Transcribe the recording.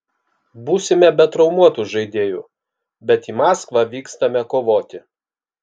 būsime be traumuotų žaidėjų bet į maskvą vykstame kovoti